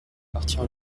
partir